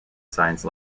science